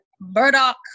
burdock